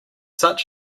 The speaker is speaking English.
such